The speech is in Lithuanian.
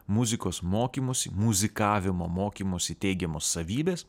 muzikos mokymosi muzikavimo mokymosi teigiamos savybės